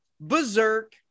Berserk